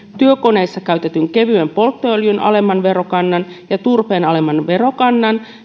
työkoneissa käytetyn kevyen polttoöljyn alemman verokannan ja turpeen alemman verokannan